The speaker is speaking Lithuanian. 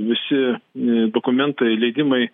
visi dokumentai leidimai